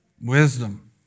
Wisdom